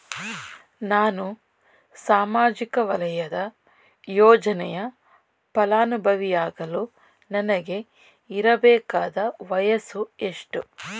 ನಾನು ಸಾಮಾಜಿಕ ವಲಯದ ಯೋಜನೆಯ ಫಲಾನುಭವಿಯಾಗಲು ನನಗೆ ಇರಬೇಕಾದ ವಯಸ್ಸುಎಷ್ಟು?